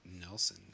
nelson